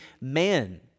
man